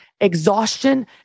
exhaustion